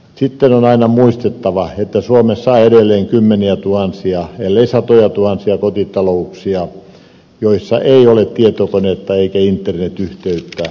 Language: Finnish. sitten on aina muistettava että suomessa on edelleen kymmeniätuhansia ellei satojatuhansia kotitalouksia joissa ei ole tietokonetta eikä internetyhteyttä